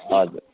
हजुर